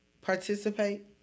participate